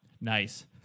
Nice